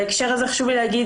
בהקשר הזה חשוב לי להגיד,